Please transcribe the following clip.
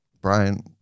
brian